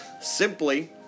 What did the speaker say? Simply